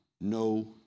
no